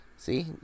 See